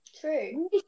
True